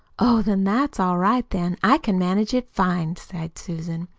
oh! then that's all right, then. i can manage it fine, sighed susan,